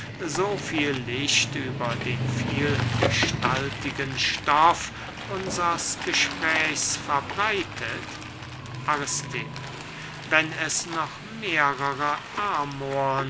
so viel licht über den vielgestaltigen stoff unsers gespräches verbreitet aristipp wenn es noch mehrere amorn